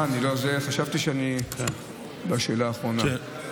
חשבתי שאני בשאלה האחרונה.